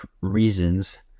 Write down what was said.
reasons